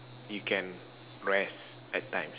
you can rest at times